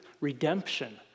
Redemption